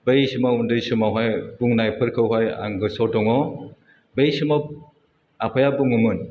बै समाव उन्दै समावहाय बुंनायफोरखौहाय आं गोसोआव दङ बे समाव आफाया बुङोमोन